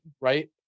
right